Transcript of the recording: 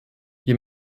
wir